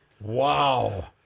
Wow